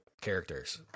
characters